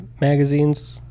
magazines